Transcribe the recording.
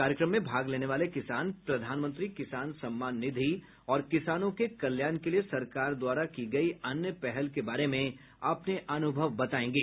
कार्यक्रम में भाग लेने वाले किसान प्रधानमंत्री किसान सम्मान निधि और किसानों के कल्याण के लिए सरकार द्वारा की गई अन्य पहल के बारे में अपने अनुभव बताएंगे